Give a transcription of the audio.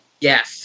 Yes